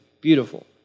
beautiful